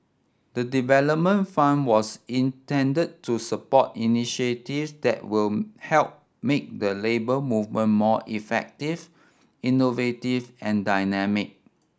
the development fund was intended to support initiatives that will help make the Labour Movement more effective innovative and dynamic